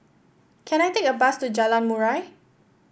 can I take a bus to Jalan Murai